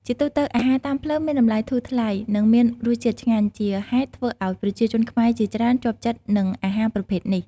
ជាទូទៅ អាហារតាមផ្លូវមានតម្លៃធូរថ្លៃ និងមានរសជាតិឆ្ងាញ់ ជាហេតុធ្វើឲ្យប្រជាជនខ្មែរជាច្រើនជាប់ចិត្តនឹងអាហារប្រភេទនេះ។